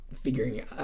figuring